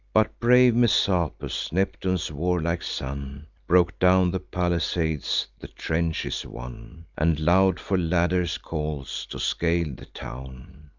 but brave messapus, neptune's warlike son, broke down the palisades, the trenches won, and loud for ladders calls, to scale the town.